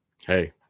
Hey